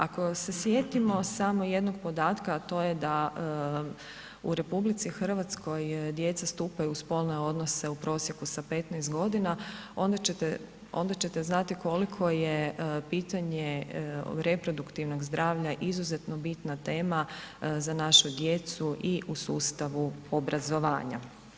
Ako se sjetimo samo jednog podatka a to je da u RH djeca stupaju u spolne odnose u prosjeku sa 15 g., onda ćete znati koliko je pitanje reproduktivnog zdravlja izuzetno bitna tema za našu djecu i u sustavu obrazovanja.